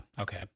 Okay